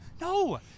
No